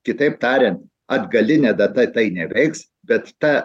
kitaip tariant atgaline data tai neveiks bet ta